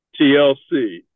TLC